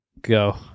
Go